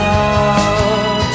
out